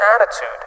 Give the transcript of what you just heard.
attitude